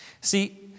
See